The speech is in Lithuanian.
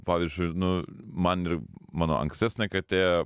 pavyzdžiui nu man ir mano ankstesnė katė